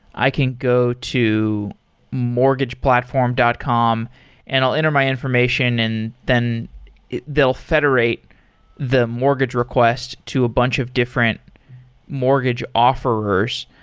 i can go to mortgageplatform dot com and i'll enter my information and then they'll federate the mortgage request to a bunch of different mortgage offerors.